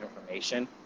information